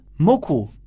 moku